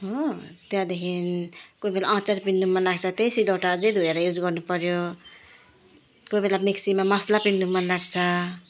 हो त्यहाँदेखि कोही बेला अचार पिस्न बनाएको छ त्यही सिलौटो अझै धोएर युज गर्नुपर्यो कोही बेला मिक्सीमा मसला पिस्न मनलाग्छ